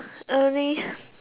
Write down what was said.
early